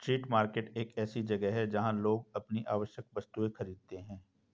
street market एक ऐसी जगह है जहां लोग अपनी आवश्यक वस्तुएं खरीदते हैं